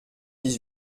dix